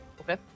Okay